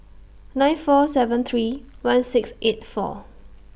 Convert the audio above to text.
nine four seven three one six eight four